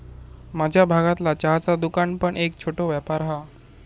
माझ्या भागतला चहाचा दुकान पण एक छोटो व्यापार हा